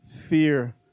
fear